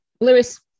Lewis